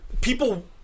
people